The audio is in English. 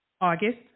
August